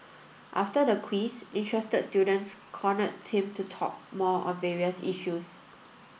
after the quiz interested students cornered him to talk more on various issues